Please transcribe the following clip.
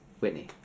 Whitney